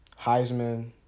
Heisman